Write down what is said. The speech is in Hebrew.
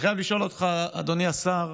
אני חייב לשאול אותך, אדוני השר,